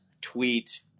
tweet